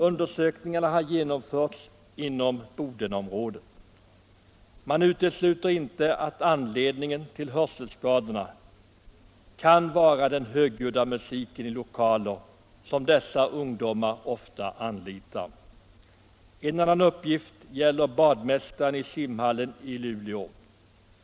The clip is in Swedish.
Undersökningarna är genomförda inom Bodenområdet. Man utesluter inte att anledningen till hörselskadorna kan vara den högljudda musiken i lokaler som dessa ungdomar ofta anlitar. En annan uppgift gäller badmästare i simhallen i Luleå.